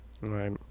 Right